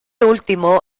último